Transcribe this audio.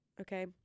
Okay